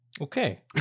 Okay